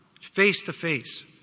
face-to-face